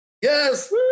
yes